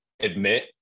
admit